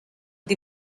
the